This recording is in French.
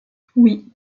oui